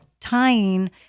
tying